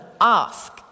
ask